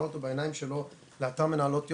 אותו בעיניים שלו לאתר מנהלות יום,